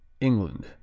England